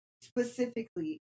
specifically